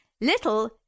little